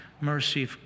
mercy